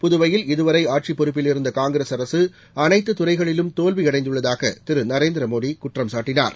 புதுவையில் இதுவரை ஆட்சிப் பொறுப்பில் இருந்த காங்கிரஸ் அரசு அனைத்து துறைகளிலும் தோல்வியடைந்துள்ளதாக திரு நரேந்திர மோடி குற்றம்சாட்டினார்